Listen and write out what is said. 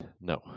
No